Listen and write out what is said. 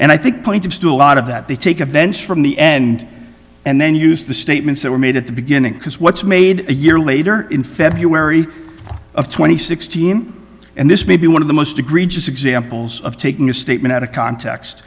and i think point is to a lot of that they take a bench from the end and then use the statements that were made at the beginning because what's made a year later in february of twenty sixteen and this may be one of the most egregious examples of taking a statement out of context